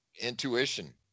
intuition